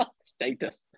Status